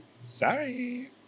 Sorry